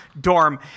dorm